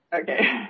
okay